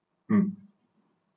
um